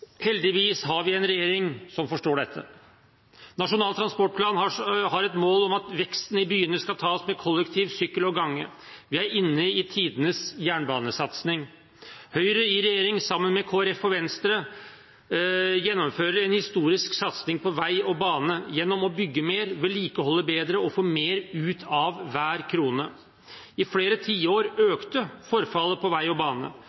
Heldigvis har vi en regjering som forstår dette. Nasjonal transportplan har et mål om at veksten i byene skal tas med kollektiv, sykkel og gange. Vi er inne i tidenes jernbanesatsing. Høyre i regjering, sammen med Kristelig Folkeparti og Venstre, gjennomfører en historisk satsing på vei og bane, gjennom å bygge mer, vedlikeholde bedre og få mer ut av hver krone. I flere tiår økte forfallet på vei og bane